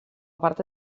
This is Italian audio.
parte